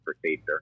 procedure